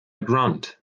grunt